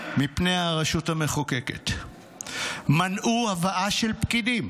מפני הרשות המחוקקת, מנעו הבאה של פקידים,